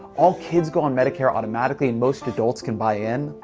all kids go on medicare automatically and most adults can buy in.